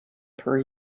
per